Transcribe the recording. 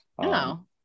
no